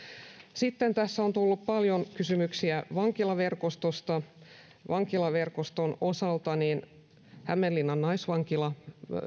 sitten tässä on tullut paljon kysymyksiä vankilaverkostosta vankilaverkoston osalta hämeenlinnan naisvankila